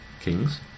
kings